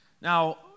now